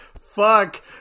Fuck